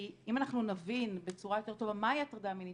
כי אם אנחנו נבין בצורה יותר טובה מהי הטרדה מינית